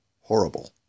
horrible